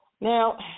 Now